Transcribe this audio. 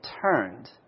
turned